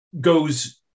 goes